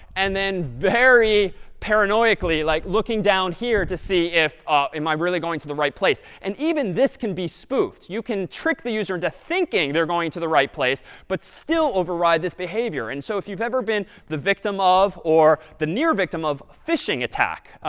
and then very paranoiacly, like looking down here to see if am i really going to the right place? and even this can be spoofed. you can trick the user into thinking they're going to the right place but still override this behavior. and so if you've ever been the victim of or the near victim of phishing attack,